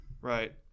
Right